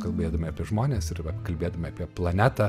kalbėdami apie žmones ir vat kalbėdami apie planetą